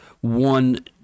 one